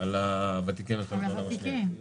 על ותיקי מלחמת העולם השנייה.